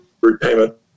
repayment